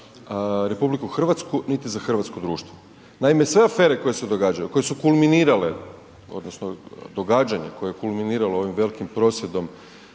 niti za RH, niti za hrvatsko društvo. Naime, sve afere koje se događaju koje su kulminirale odnosno događanje koje je kulminiralo ovim velikim prosvjedom